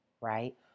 Right